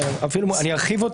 ארחיב.